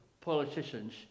politicians